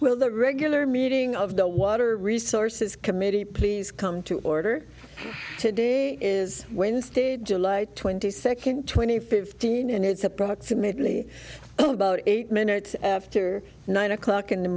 well the regular meeting of the water resources committee please come to order today is wednesday july twenty second twenty fifteen and it's approximately about eight minutes after nine o'clock in the